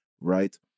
right